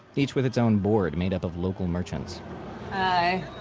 each with its own board made up of local merchants hi!